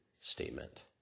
statement